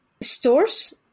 stores